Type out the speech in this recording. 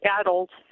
adults